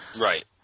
Right